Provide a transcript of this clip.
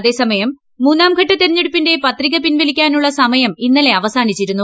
അതേസമയം മൂന്നാംഘട്ട തെരഞ്ഞെടുപ്പിന്റെ പത്രിക പ്രിൻപൂലിക്കാനുള്ള സമയം ഇന്നലെ അവസാനിച്ചിരുന്നു